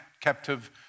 captive